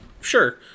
sure